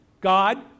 God